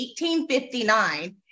1859